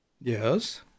Yes